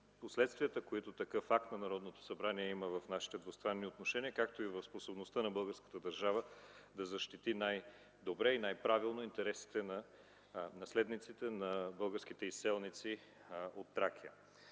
последствията, които има такъв акт на Народното събрание в нашите двустранни отношения, както и в способността на българската държава да защити най-добре и най-правилно интересите на наследниците на българските изселници от Тракия.